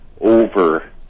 over